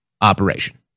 operation